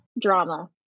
Drama